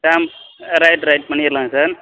தாம் right right பண்ணிடலாங்க sir